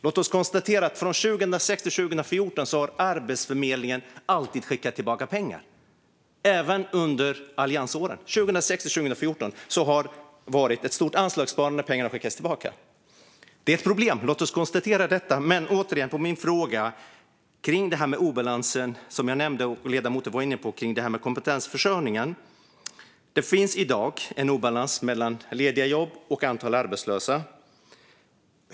Låt oss konstatera att 2006-2014 har Arbetsförmedlingen alltid skickat tillbaka pengar, och även under alliansåren. År 2006-2014 har det varit ett stort anslagssparande där pengar har skickats tillbaka. Det är ett problem. Låt oss konstatera det. Jag har en fråga om obalansen som jag nämnde. Ledamoten var inne på kompetensförsörjningen. Det finns i dag en obalans mellan lediga jobb och antal arbetslösa.